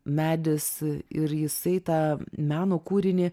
medis ir jisai tą meno kūrinį